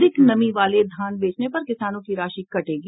अधिक नमी वाले धान बेचने पर किसानों की राशि कटेगी